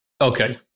Okay